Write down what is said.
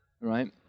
right